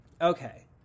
Okay